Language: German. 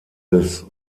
des